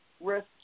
risk